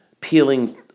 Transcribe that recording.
peeling